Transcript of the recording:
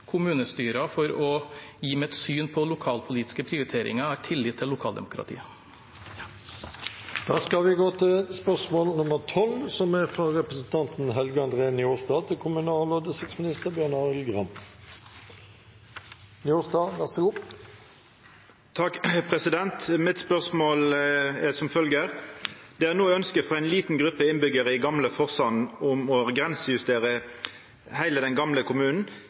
kommunestyrer for å gi mitt syn på lokalpolitiske prioriteringer. Jeg har tillit til lokaldemokratiet. Da går vi til spørsmål 12. Spørsmålet mitt er: «Det er nå ønske fra en liten gruppe innbyggere i gamle Forsand om å grensejustere hele den gamle kommunen.